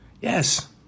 Yes